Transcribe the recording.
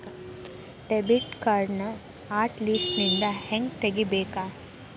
debit ಕಾರ್ಡ್ನ hot ಲಿಸ್ಟ್ನಿಂದ ಹೆಂಗ ತೆಗಿಬೇಕ